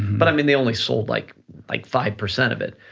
but i mean, they only sold like like five percent of it,